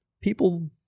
people